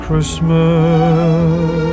Christmas